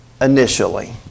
initially